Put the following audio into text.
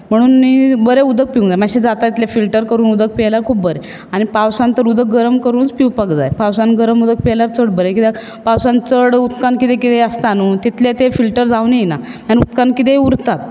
म्हणून न्ही बरें उदक पिवूंक जाय मातशें जाता तितलें फिल्टर करून उदक पियेल्यार खूब बरें आनीक पावसांत तर उदक गरम करुनूच पिवपाक जाय पावसांत गरम उदक पियेल्यार चड बरें कित्याक पावसांत चड उदकांत कितें कितें आसता न्हू तितलें तें फिल्टर जावन येना आनी उदकांत कितें उरतात